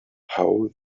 how